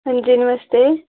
हां जी नमस्ते